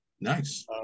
Nice